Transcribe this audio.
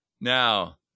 Now